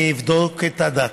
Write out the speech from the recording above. אני אבדוק את הדת,